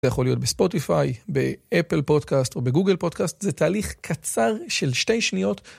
זה יכול להיות בספוטיפיי, באפל פודקאסט או בגוגל פודקאסט, זה תהליך קצר של שתי שניות.